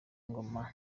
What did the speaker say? ingoma